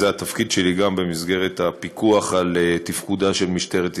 וזה התפקיד שלי גם במסגרת הפיקוח על תפקודה של משטרת ישראל.